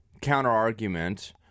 counter-argument